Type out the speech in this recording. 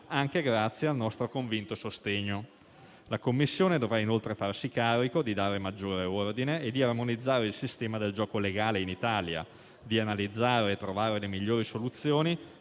anche grazie al nostro convinto sostegno. La Commissione dovrà inoltre farsi carico di dare maggiore ordine e di armonizzare il sistema del gioco legale in Italia, di analizzare e trovare le migliori soluzioni